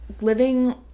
living